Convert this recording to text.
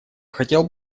хотел